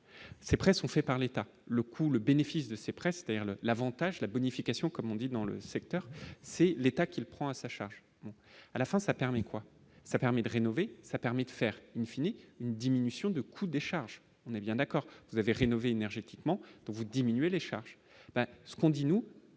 ces prêts sont faits par l'État, le coup le bénéfice de ses c'est-à-dire le l'Avantage la bonification comme on dit dans le secteur, c'est l'État qu'il prend à sa charge, à la fin ça permet quoi, ça permet de rénover, ça permet de faire une fini une diminution de coût des charges, on est bien d'accord, vous avez rénover énergétiquement donc vous diminuer les charges, ce qu'on dit nous